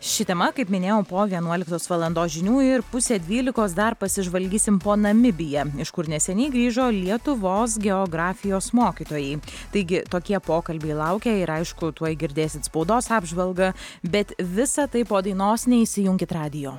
ši tema kaip minėjau po vienuoliktos valandos žinių ir pusę dvylikos dar pasižvalgysim po namibiją iš kur neseniai grįžo lietuvos geografijos mokytojai taigi tokie pokalbiai laukia ir aišku tuoj girdėsit spaudos apžvalgą bet visa tai po dainos neišsijunkit radijo